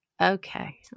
okay